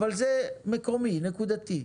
אבל זה מקומי, נקודתי.